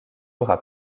aura